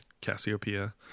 Cassiopeia